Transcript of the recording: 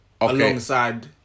Alongside